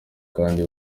kandi